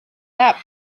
that